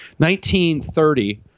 1930